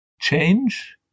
change